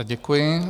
Děkuji.